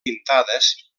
pintades